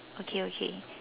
okay okay